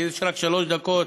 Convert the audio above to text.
כי יש רק שלוש דקות,